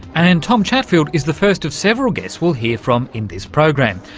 and and tom chatfield is the first of several guests we'll hear from in this program,